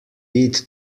eat